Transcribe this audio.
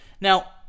Now